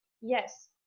Yes